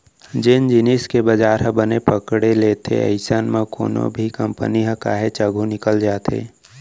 जेन जिनिस के बजार ह बने पकड़े लेथे अइसन म कोनो भी कंपनी ह काहेच आघू निकल जाथे